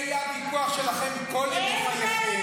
טלי ומירב, שזה יהיה הוויכוח שלכן כל ימי חייכן.